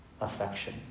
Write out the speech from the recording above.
affection